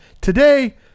Today